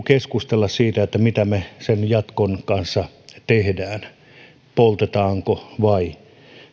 keskustella siitä että mitä me sen jatkon kanssa teemme poltetaanko vai